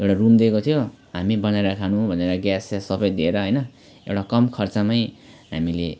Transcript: एउटा रुम लिएको थियो हामी बनाएर खानु भनेर ग्यास स्यास सब दिएर होइन एउटा कम खर्चमै हामीले